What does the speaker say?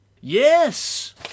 Yes